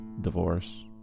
divorce